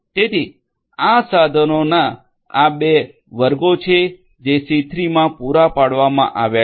તેથી આ સાધનોના આ બે વર્ગો છે જે સી 3 માં પૂરા પાડવામાં આવ્યા છે